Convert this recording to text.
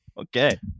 Okay